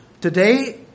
Today